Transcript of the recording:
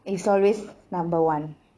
it's always number one